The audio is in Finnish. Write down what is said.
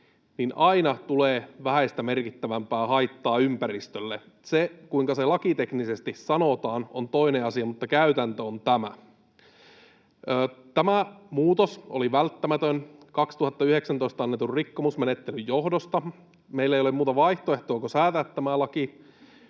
niin aina tulee vähäistä merkittävämpää haittaa ympäristölle. Se, kuinka se lakiteknisesti sanotaan, on toinen asia, mutta käytäntö on tämä. Tämä muutos oli välttämätön vuonna 2019 annetun rikkomusmenettelyn johdosta. Meillä ei ole muuta vaihtoehtoa kuin säätää tämä laki,